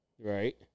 right